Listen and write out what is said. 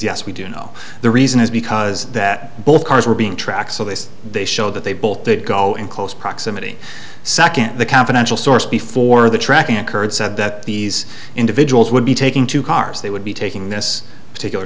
yes we do know the reason is because that both cars were being tracked so this they show that they both did go in close proximity second the confidential source before the tracking occurred said that these individuals would be taking two cars they would be taking this particular